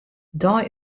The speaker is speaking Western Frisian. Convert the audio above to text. dei